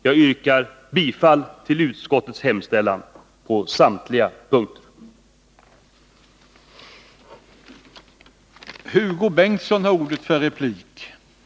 Jag yrkar bifall till utskottets hemställan på samtliga punkter.